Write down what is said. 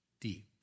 deep